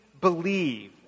believe